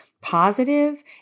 positive